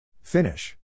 Finish